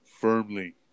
firmly